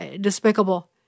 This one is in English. despicable